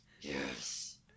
Yes